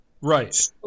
Right